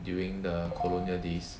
during the colonial days